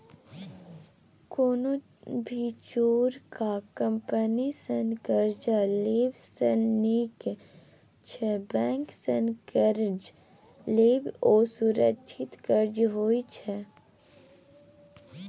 कोनो भी चोरका कंपनी सँ कर्जा लेब सँ नीक छै बैंक सँ कर्ज लेब, ओ सुरक्षित कर्ज होइत छै